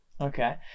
okay